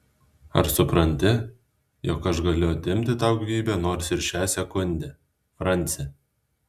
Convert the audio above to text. ar supranti jog aš galiu atimti tau gyvybę nors ir šią sekundę franci